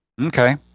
okay